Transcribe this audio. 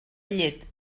llet